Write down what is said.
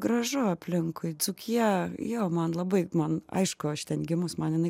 gražu aplinkui dzūkija jo man labai man aišku aš ten gimus man jinai